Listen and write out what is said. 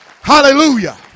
Hallelujah